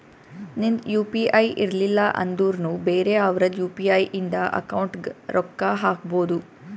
ನಿಂದ್ U P I ಇರ್ಲಿಲ್ಲ ಅಂದುರ್ನು ಬೇರೆ ಅವ್ರದ್ ಯು.ಪಿ.ಐ ಇಂದ ಅಕೌಂಟ್ಗ್ ರೊಕ್ಕಾ ಹಾಕ್ಬೋದು